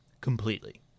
completely